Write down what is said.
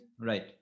right